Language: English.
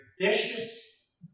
vicious